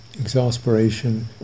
exasperation